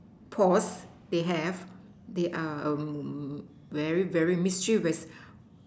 paws they have they are um very very mischievous